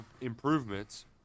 improvements